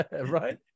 Right